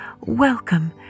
Welcome